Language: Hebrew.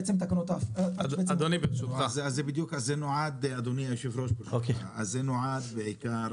אז זה נועד בעיקר